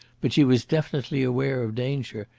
but she was definitely aware of danger,